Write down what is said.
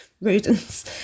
rodents